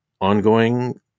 ongoing